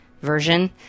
version